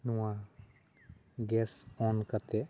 ᱱᱚᱶᱟ gas on ᱠᱟᱛᱮᱫ